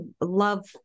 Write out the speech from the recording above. love